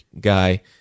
guy